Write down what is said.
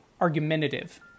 argumentative